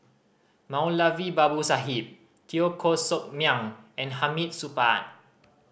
Moulavi Babu Sahib Teo Koh Sock Miang and Hamid Supaat